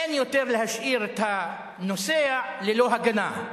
אין יותר להשאיר את הנוסע ללא הגנה.